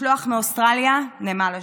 משלוח מאוסטרליה, נמל אשדוד.